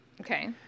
Okay